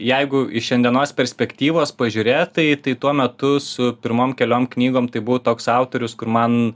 jeigu iš šiandienos perspektyvos pažiūrėt tai tai tuo metu su pirmom keliom knygom tai buvau toks autorius kur man